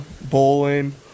Bowling